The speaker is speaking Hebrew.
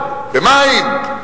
במים,